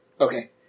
Okay